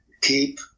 keep